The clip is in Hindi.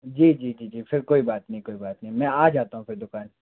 जी जी जी जी फिर कोई बात नहीं कोई बात नहीं मैं आ जाता हूँ फिर दुकान